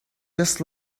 just